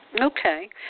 Okay